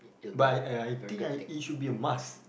but I I think I it should be a must